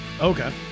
Okay